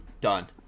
done